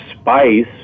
spice